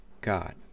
God